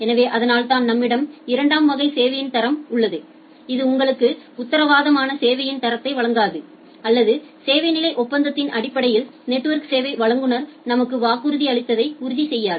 எனவே அதனால்தான் நம்மிடம் இரண்டாம் வகை சேவையின் தரம் உள்ளது இது உங்களுக்கு உத்தரவாதமான சேவையின் தரத்தை வழங்காது அல்லது சேவை நிலை ஒப்பந்தத்தின் அடிப்படையில் நெட்வொர்க் சேவை வழங்குநர் நமக்கு வாக்குறுதியளித்ததை உறுதி செய்யாது